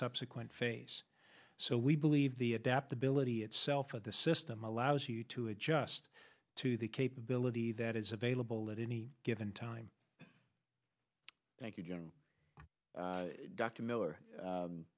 subsequent phase so we believe the adaptability itself of the system allows you to adjust to the capability that is available at any given time thank you general dr miller